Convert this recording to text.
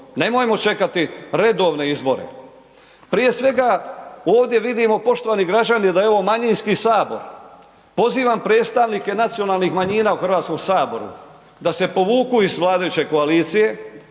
nemojmo čekati redovne izbore. Prije svega ovdje vidimo poštovani građani da je ovo manjinski sabor, pozivam predstavnike nacionalnih manjina u Hrvatskom saboru da se povuku iz vladajuće koalicije,